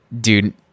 Dude